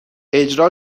اجرا